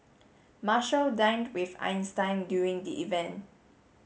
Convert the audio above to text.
Marshall dined with Einstein during the event